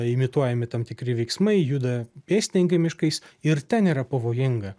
imituojami tam tikri veiksmai juda pėstininkai miškais ir ten yra pavojinga